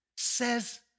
says